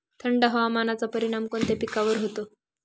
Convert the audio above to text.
थंड हवामानाचा परिणाम कोणत्या पिकावर होतो?